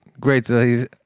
great